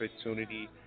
opportunity